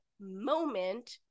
moment